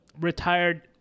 retired